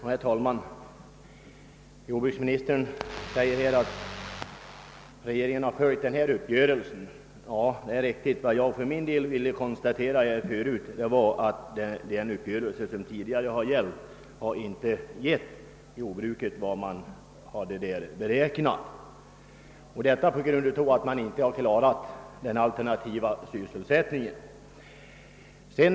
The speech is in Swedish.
Herr talman! Jordbruksministern säger att regeringen har följt uppgörelsen, och det är riktigt. Vad jag för min del tidigare ville konstatera var att den uppgörelse, som tidigare gällt, inte har givit jordbruket vad man hade beräknat — detta på grund av att regeringen inte har klarat den alternativa sysselsättningen.